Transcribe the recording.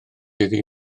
iddi